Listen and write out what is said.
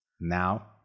Now